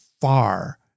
far